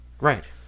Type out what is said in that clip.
Right